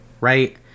right